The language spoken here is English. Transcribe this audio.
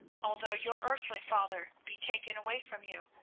although your earthly father be taken away from you.